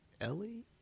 Ellie